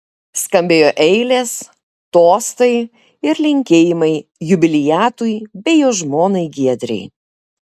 skambėjo eilės tostai ir linkėjimai jubiliatui bei jo žmonai giedrei